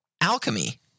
Alchemy